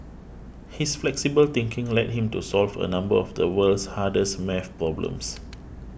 his flexible thinking led him to solve a number of the world's hardest math problems